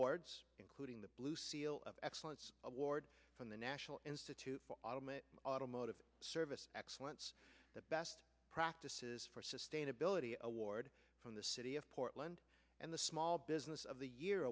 awards including the blue seal of excellence award from the national institute automotive service excellence the best practices for sustainability award from the city of portland and the small business of the year